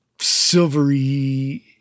silvery